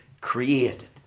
created